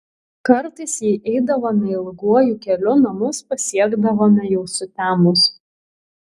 kartais jei eidavome ilguoju keliu namus pasiekdavome jau sutemus